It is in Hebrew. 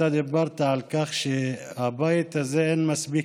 אתה דיברת על כך שבבית הזה אין מספיק